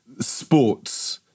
sports